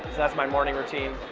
that's my morning routine.